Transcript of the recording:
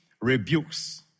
rebukes